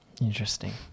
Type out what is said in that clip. Interesting